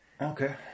Okay